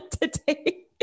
Today